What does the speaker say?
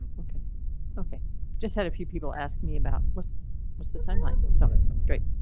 ok ok just had a few people ask me about what's what's the timeline but so like so great,